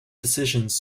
decisions